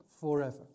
forever